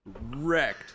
Wrecked